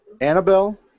Annabelle